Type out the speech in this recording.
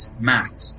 Matt